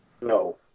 No